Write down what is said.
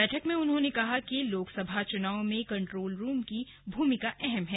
बैठक में उन्होंने कहा कि लोकसभा चुनाव में कंट्रोल रूम की भूमिका अहम है